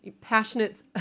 passionate